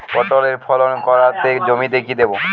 পটলের ফলন কাড়াতে জমিতে কি দেবো?